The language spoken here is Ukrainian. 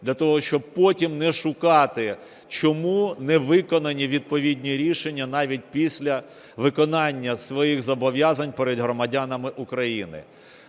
для того, щоб потім не шукати, чому не виконані відповідні рішення навіть після виконання своїх зобов'язань перед громадянами України.